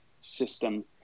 system